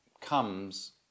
comes